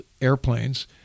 airplanes